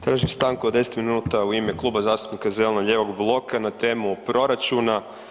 Tražim stanku od deset minuta u ime Kluba zastupnika zeleno-lijevog bloka na temu proračuna.